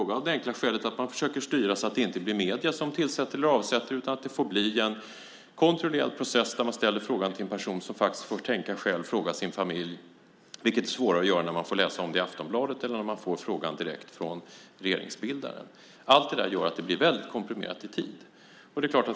Det gör man av det enkla skälet att man försöker styra så att det inte blir medierna som tillsätter eller avsätter. Det får bli en kontrollerad process där man ställer frågan till en person som faktiskt får tänka själv och fråga sin familj, vilket är svårare att göra när man får läsa om det i Aftonbladet än om man får frågan direkt från regeringsbildaren. Allt det där gör att det blir väldigt komprimerat i tid.